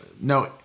No